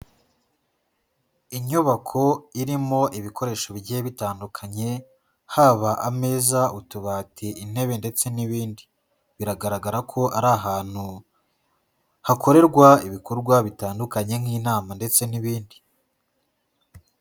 Inyubako irimo ibikoresho bigiye bitandukanye, haba ameza, utubati, intebe ndetse n'ibindi. Biragaragara ko ari ahantu hakorerwa ibikorwa bitandukanye nk'inama ndetse n'ibindi.